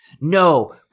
No